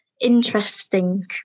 interesting